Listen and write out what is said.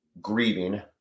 grieving